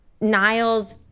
Niles